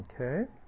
Okay